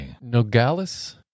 Nogales